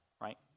right